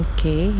Okay